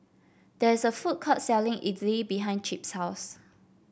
there is a food court selling idly behind Chip's house